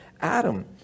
Adam